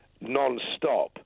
non-stop